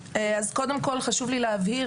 חשוב לי להבהיר,